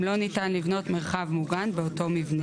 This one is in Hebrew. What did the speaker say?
אם לא ניתן לבנות מרחב מוגן באותו מבנה";